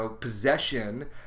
possession